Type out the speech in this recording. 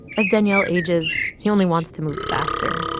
as daniel ages, he only wants to move faster.